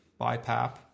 BiPAP